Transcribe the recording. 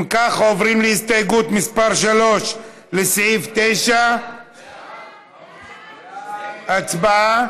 אם כך, עוברים להסתייגות מס' 3, לסעיף 9. הצבעה.